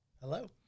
Hello